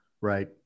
Right